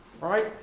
Right